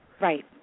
Right